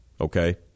Okay